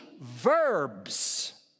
verbs